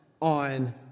on